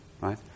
right